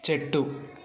చెట్టు